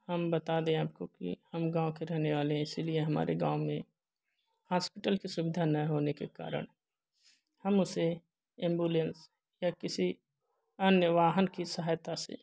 हम बता दें आपको कि हम गाँव के रहने वाले हैं इसीलिए हमारे गाँव में हास्पिटल की सुविधा ना होने के कारण हम उसे एम्बुलेंस या किसी अन्य वाहन की सहायता से